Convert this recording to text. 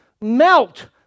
Melt